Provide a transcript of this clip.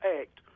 act